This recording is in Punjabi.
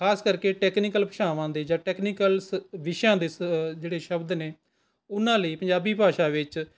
ਖਾਸ ਕਰਕੇ ਟੈਕਨੀਕਲ ਭਾਸ਼ਾਵਾਂ ਦੇ ਜਾਂ ਟੈਕਨੀਕਲ ਸ ਵਿਸ਼ਿਆਂ ਸ ਦੇ ਜਿਹੜੇ ਸ਼ਬਦ ਨੇ ਉਨ੍ਹਾਂ ਲਈ ਪੰਜਾਬੀ ਭਾਸ਼ਾ ਵਿੱਚ